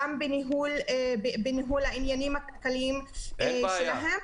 גם בניהול העניינים הכלכליים שלהם.